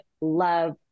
love